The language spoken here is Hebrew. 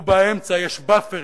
ובאמצע יש "באפרים",